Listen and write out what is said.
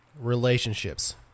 relationships